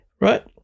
right